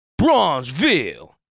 Bronzeville